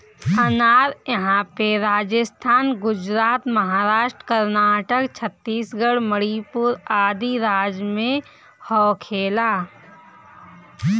अनार इहां पे राजस्थान, गुजरात, महाराष्ट्र, कर्नाटक, छतीसगढ़ मणिपुर आदि राज में होखेला